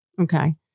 Okay